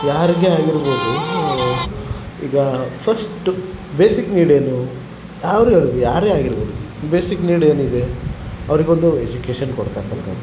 ಯಾರಿಗೆ ಆಗಿರ್ಬೋದು ಈಗ ಫಸ್ಟು ಬೇಸಿಕ್ ನೀಡ್ ಏನು ಯಾವ ಯಾರ್ ಯಾರೇ ಆಗಿರ್ಬೋದು ಬೇಸಿಕ್ ನೀಡ್ ಏನಿದೆ ಅವ್ರಿಗೊಂದು ಎಜುಕೇಷನ್ ಕೊಡ್ತಕ್ಕಂಥದ್ದು